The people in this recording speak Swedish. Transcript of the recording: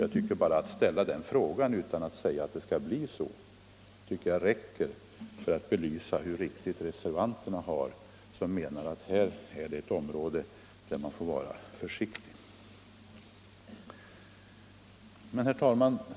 Att bara ställa den frågan, utan att säga att det skall bli så, tycker jag räcker för att belysa hur riktigt reservanterna har resonerat när de menat att detta är ett område där man bör vara försiktig. Herr talman!